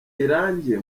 irangiye